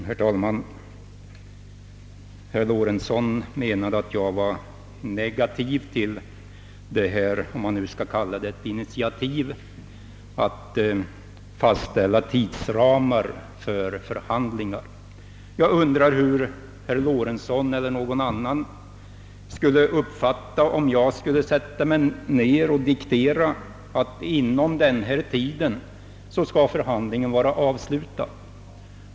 Herr talman! Herr Lorentzon menade att jag ställde mig negativ till detta initiativ, om man nu skall kalla det så, att fastställa tidsramar för förhandlingar. Jag undrar hur herr Lorentzon eller någon annan skulle uppfatta det om jag skulle sätta mig ned och diktera att förhandlingarna skall vara avslutade inom en viss tid.